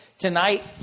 Tonight